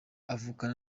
avukana